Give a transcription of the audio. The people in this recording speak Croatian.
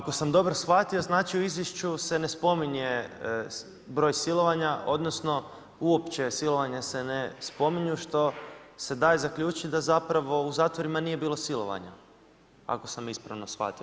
Ako sam dobro shvatio znači u izvješću se ne spominje broj silovanja, odnosno, uopće silovanje se ne spominje, što se daje zaključiti da zapravo u zatvoru nije bilo silovanja, ako sam ispravno shvatio?